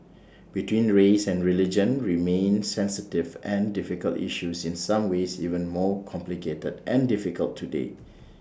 between race and religion remain sensitive and difficult issues in some ways even more complicated and difficult today